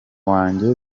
wanjye